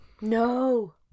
No